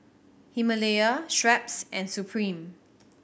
Himalaya Schweppes and Supreme